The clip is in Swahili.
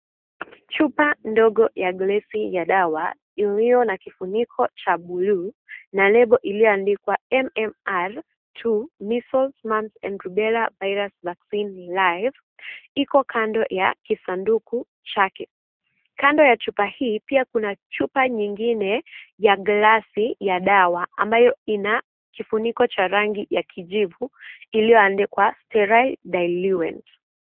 Chupa ndogo ya gilasi ya dawa, iliyo na kifuniko cha bluu na lebo iliyoandikwa M-M-R II Measles, Mumps and Rubella, Virus Vaccine Live , iko kando ya kisanduku chake. Kando ya chupa hii, pia kuna chupa nyingine ya gilasi ya dawa ambayo ina kifuniko cha rangi ya kijivu iliyoandikwa sterile diluent .